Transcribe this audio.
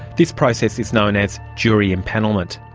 this process is known as jury empanelment.